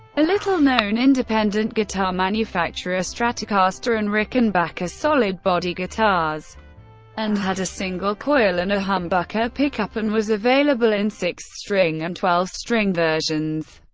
a little-known independent guitar manufacturer, stratocaster, and rickenbacker's solid body guitars and had a single-coil and a humbucker pickup, and was available in six string and twelve string versions.